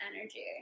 energy